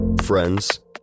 friends